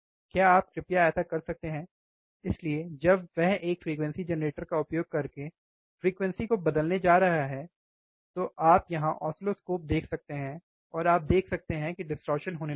क्या आप कृपया ऐसा कर सकते हैं इसलिए जब वह एक फ्रीक्वेंसी जेनरेटर का उपयोग करके फ्रीक्वेंसी को बदलने जा रहा है तो आप यहाँ ऑसिलोस्कोप देख सकते हैं और आप देख सकते हैं कि डिस्टॉर्शन होने लगेगा